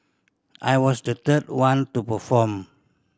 I was the third one to perform